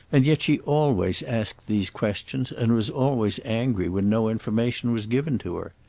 and yet she always asked these questions and was always angry when no information was given to her.